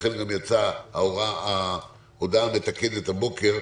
ולכן גם יצאה ההודעה המתקנת בבוקר,